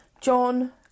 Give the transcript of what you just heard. John